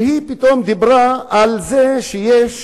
פתאום היא דיברה על זה שיש,